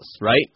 right